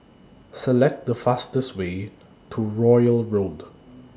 Select The fastest Way to Royal Road